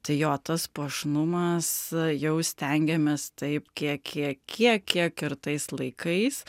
tai jo tas puošnumas jau stengiamės taip kiek kiek kiek kiek ir tais laikais